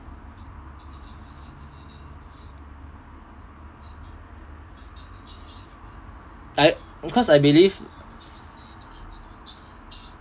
I because I believe